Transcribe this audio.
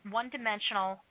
one-dimensional